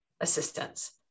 assistance